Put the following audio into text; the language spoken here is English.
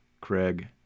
Craig